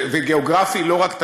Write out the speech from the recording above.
וגיאוגרפי לא רק,